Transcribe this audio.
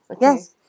Yes